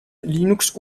linux